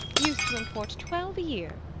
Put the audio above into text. used to import twelve a year,